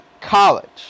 college